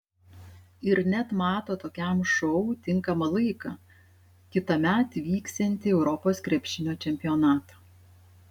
ir net mato tokiam šou tinkamą laiką kitąmet vyksiantį europos krepšinio čempionatą